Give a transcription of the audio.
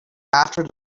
after